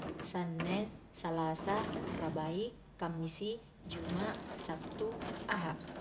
Sanneng, salasa, rabai, kammisi, juma', sattu, aha'